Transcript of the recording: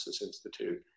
Institute